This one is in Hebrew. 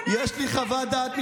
ילדה בת 18. יש לי חוות דעת משפטית.